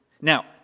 Now